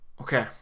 okay